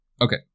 Okay